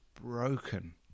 broken